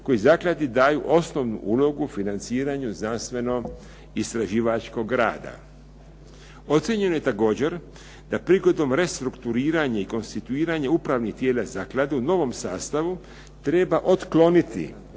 koji zakladu daju osnovnu ulogu u financiranju znanstveno-istraživačkog rada. Ocijenjeno je također da prigodom restrukturiranja i konstituiranja upravnih tijela zaklade u novom sastavu treba otkloniti